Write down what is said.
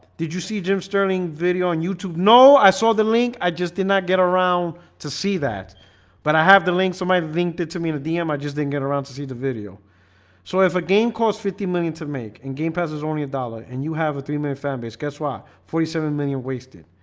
did you see jim sterling video on youtube? no, i saw the link i just did not get around to see that but i have the link so i linked it to me the dm i just didn't get around to see the video so if a game cost fifty million to make and game passes only a dollar and you have a three minute fan base guess why? forty seven million wasted